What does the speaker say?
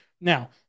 Now